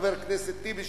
חבר הכנסת טיבי,